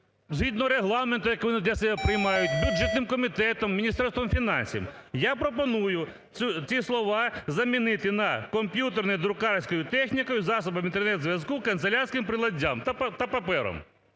згідно Регламенту, який вони для себе приймають, бюджетним комітетом, Міністерством фінансів? Я пропоную ці слова замінити на: комп'ютерною друкарською технікою, засобами Інтернет зв'язку, канцелярським приладдям та папером.